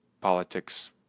politics